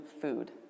food